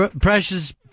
precious